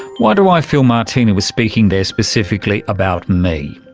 why do i feel martina was speaking there specifically about me?